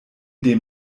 dem